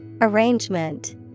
Arrangement